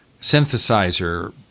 synthesizer